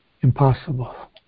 Impossible